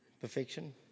Perfection